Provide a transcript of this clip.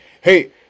hey